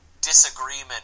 disagreement